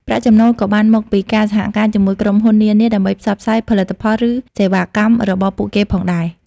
ប្រាក់ចំណូលក៏បានមកពីការសហការជាមួយក្រុមហ៊ុននានាដើម្បីផ្សព្វផ្សាយផលិតផលឬសេវាកម្មរបស់ពួកគេផងដែរ។